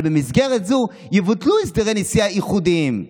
אבל במסגרת זו יבוטלו הסדרי נסיעה ייחודיים,